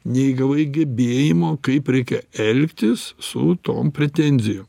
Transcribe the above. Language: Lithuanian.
neįgavai gebėjimo kaip reikia elgtis su tom pretenzijom